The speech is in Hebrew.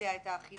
לבצע את ההחלה.